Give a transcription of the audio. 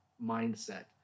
mindset